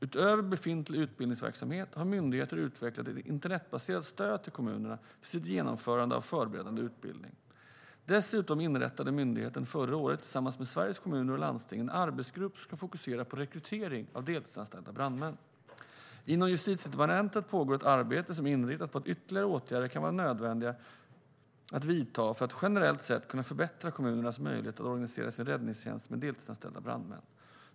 Utöver befintlig utbildningsverksamhet har myndigheten utvecklat ett internetbaserat stöd till kommunerna för sitt genomförande av förberedande utbildning. Dessutom inrättade myndigheten förra året tillsammans med Sveriges Kommuner och Landsting en arbetsgrupp som ska fokusera på rekrytering av deltidsanställda brandmän. Inom Justitiedepartementet pågår ett arbete som är inriktat på att ytterligare åtgärder kan vara nödvändiga att vidta för att generellt sett kunna förbättra kommunernas möjligheter att organisera sin räddningstjänst med deltidsanställda brandmän.